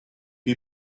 you